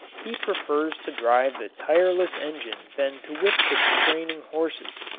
he prefers to drive the tireless engine than to whip the straining horses.